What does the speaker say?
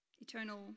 Eternal